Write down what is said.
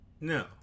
No